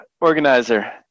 organizer